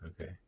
okay